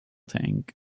tank